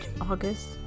August